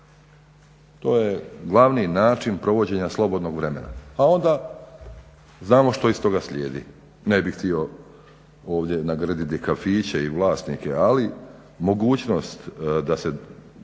To je glavni način provođenja slobodnog vremena, a onda znamo što iz toga slijedi. Ne bih htio ovdje nagrditi kafiće i vlasnike, ali mogućnost da se dođe